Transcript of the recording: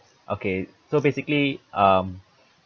okay so basically um